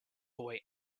boy